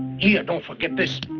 here, don't forget this.